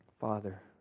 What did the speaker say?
father